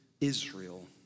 Israel